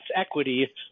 equity